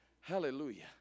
Hallelujah